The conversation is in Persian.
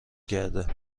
کرده